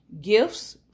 Gifts